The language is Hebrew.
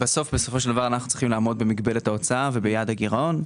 בסופו של דבר אנו צריכים לעמוד במגבלת ההוצאה וביעד הגירעון.